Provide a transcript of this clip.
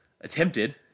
attempted